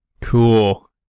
Cool